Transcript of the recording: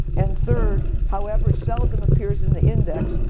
and third, however seldom appears in the index,